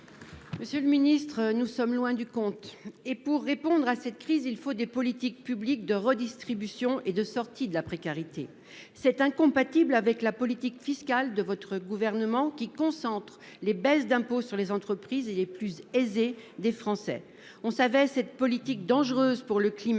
Monsieur le Ministre, nous sommes loin du compte et pour répondre à cette crise, il faut des politiques publiques de redistribution et de sortie de la précarité c'est incompatible avec la politique fiscale de votre gouvernement qui concentre les baisses d'impôts sur les entreprises et les plus aisés des Français on savait cette politique dangereuse pour le climat